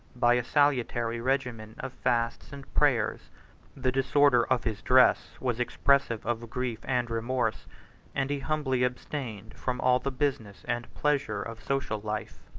by a salutary regimen of fasts and prayers the disorder of his dress was expressive of grief and remorse and he humbly abstained from all the business and pleasure of social life.